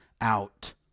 out